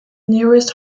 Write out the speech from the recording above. nearest